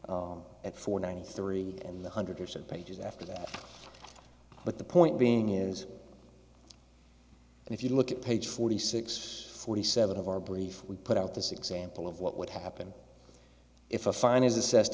looked at for ninety three and the hundred or so pages after that but the point being is if you look at page forty six forty seven of our brief we put out this example of what would happen if a fine is assessed